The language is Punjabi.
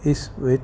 ਇਸ ਵਿੱਚ